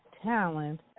Talent